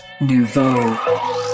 Nouveau